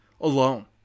alone